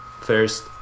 First